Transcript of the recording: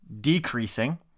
decreasing